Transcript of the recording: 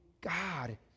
God